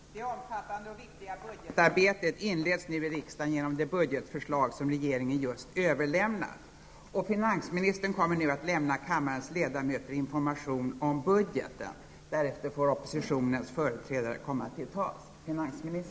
Det omfattande och viktiga budgetarbetet inleds nu i riksdagen genom det budgetförslag som regeringen just överlämnat. Finansministern kommer nu att lämna kammarens ledamöter information om budgeten. Därefter får oppositionens företrädare komma till tals.